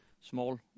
small